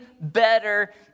better